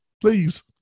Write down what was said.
Please